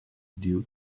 due